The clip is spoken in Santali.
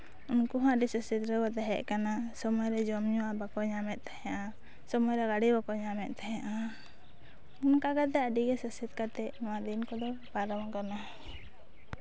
ᱩᱱᱠᱩ ᱦᱚᱸ ᱟᱹᱰᱤ ᱥᱟᱥᱮᱛ ᱨᱮᱠᱚ ᱛᱟᱦᱮᱸ ᱠᱟᱱᱟ ᱥᱚᱢᱚᱭ ᱨᱮ ᱡᱚᱢ ᱧᱩᱣᱟᱜ ᱵᱟᱠᱚ ᱧᱟᱢᱮᱫ ᱛᱟᱦᱮᱸᱫᱼᱟ ᱥᱚᱢᱚᱭ ᱨᱮ ᱜᱟᱰᱤ ᱦᱚᱸ ᱵᱟᱠᱚ ᱧᱟᱢᱮᱫ ᱛᱟᱦᱮᱸᱫᱼᱟ ᱚᱱᱠᱟ ᱠᱟᱛᱮ ᱟᱹᱰᱤ ᱜᱮ ᱥᱟᱥᱮᱛ ᱠᱟᱛᱮ ᱱᱚᱣᱟ ᱫᱤ ᱠᱚᱫᱚ ᱯᱟᱨᱚᱢ ᱟᱠᱟᱱᱟ